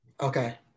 Okay